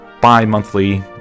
bi-monthly